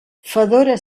fedora